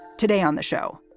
today on the show,